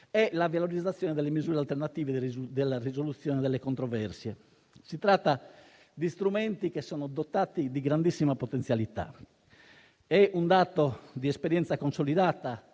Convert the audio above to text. è la valorizzazione delle misure alternative di risoluzione delle controversie. Si tratta di strumenti dotati di grandissima potenzialità. È un dato di esperienza consolidata